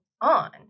on